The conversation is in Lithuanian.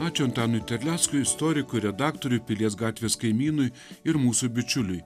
ačiū antanui terleckui istorikui redaktoriui pilies gatvės kaimynui ir mūsų bičiuliui